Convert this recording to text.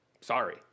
sorry